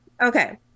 Okay